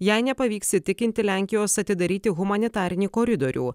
jei nepavyks įtikinti lenkijos atidaryti humanitarinį koridorių